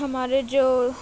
ہمارے جو